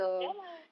ya lah